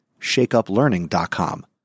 shakeuplearning.com